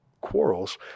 quarrels